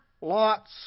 Lot's